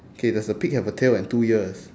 okay does the pig have a tail and two ears